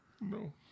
No